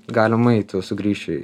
galimai tu sugrįši